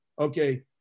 Okay